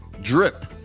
Drip